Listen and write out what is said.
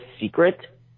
secret